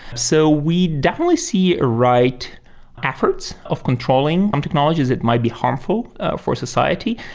so we definitely see right efforts of controlling um technologies that might be harmful for society.